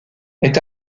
est